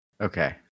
Okay